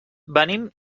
venim